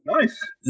Nice